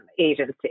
Agency